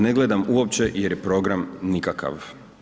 Ne gledam uopće jer je program nikakav.